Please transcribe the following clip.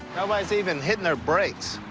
nobody's even hitting their brakes.